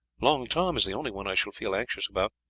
long tom is the only one i shall feel anxious about,